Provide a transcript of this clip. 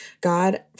God